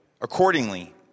Accordingly